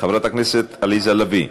חברת הכנסת עליזה לביא.